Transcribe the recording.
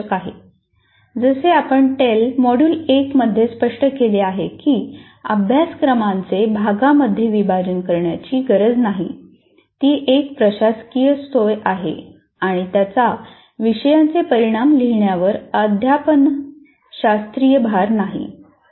जसे आपण टेल मॉड्यूल 1 मध्ये स्पष्ट केले आहे की अभ्यासक्रमाचे भागांमध्ये विभाजन करण्याची गरज नाही ती एक प्रशासकीय सोय आहे आणि त्याचा विषयाचे परिणाम लिहिण्यावर अध्यापन शास्त्रीय भार नाही